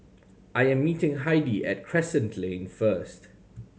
I am meeting Heidi at Crescent Lane first